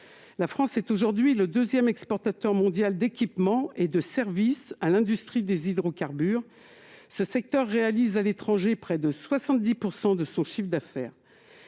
La France est aujourd'hui le deuxième exportateur mondial d'équipements et de services à l'industrie des hydrocarbures ; ce secteur réalise à l'étranger près de 70 % de son chiffre d'affaires.